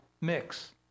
mix